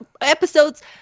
episodes